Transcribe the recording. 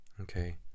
Okay